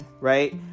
right